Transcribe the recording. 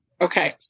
okay